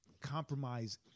compromise